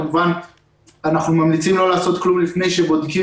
כמובן אנחנו ממליצים לא לעשות כלום לפני שבודקים